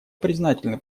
признательны